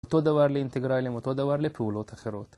אותו דבר לאינטגרלים, אותו דבר לפעולות אחרות.